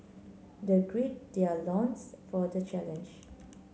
they their loins for the challenge